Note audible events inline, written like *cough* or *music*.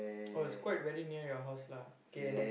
oh *noise* it's quite very near your house lah K_N_S